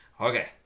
okay